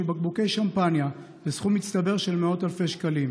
בקבוקי שמפניה בסכום מצטבר של מאות אלפי שקלים,